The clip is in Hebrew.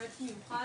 בפרויקט מיוחד,